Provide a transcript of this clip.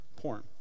porn